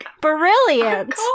Brilliant